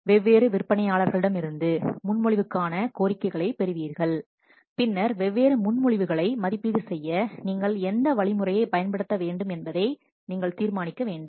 வெவ்வேறு விற்பனையாளர்களிடமிருந்து முன்மொழிவுகளுக்கான கோரிக்கைகளை பெறுவீர்கள் பின்னர் வெவ்வேறு முன்மொழிவுகளை மதிப்பீடு செய்ய நீங்கள் எந்த வழிமுறையைப் பயன்படுத்த வேண்டும் என்பதை நீங்கள் தீர்மானிக்க வேண்டும்